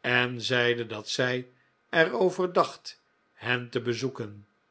en zeide dat zij er over dacht hen te bezoeken